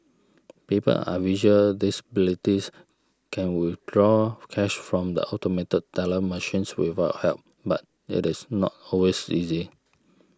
people are visual disabilities can withdraw cash from the automated teller machines without help but it is not always easy